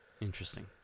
Interesting